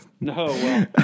No